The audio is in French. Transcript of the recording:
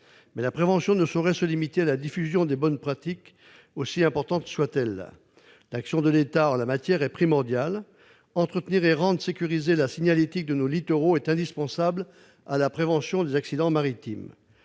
la prévention ne saurait se limiter à la diffusion des bonnes pratiques, aussi importante soit-elle. L'action de l'État en la matière est primordiale. Entretenir et sécuriser la signalétique de nos littoraux est indispensable à la prévention des accidents maritimes.